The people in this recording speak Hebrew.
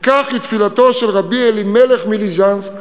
וכך היא תפילתו של ר' אלימלך מליז'נסק,